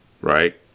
right